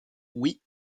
oui